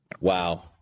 Wow